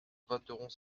voteront